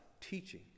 teaching